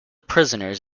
prisoners